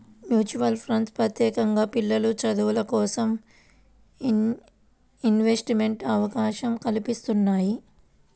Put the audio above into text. mutual ఫండ్లు ప్రత్యేకంగా పిల్లల చదువులకోసం ఇన్వెస్ట్మెంట్ అవకాశం కల్పిత్తున్నయ్యి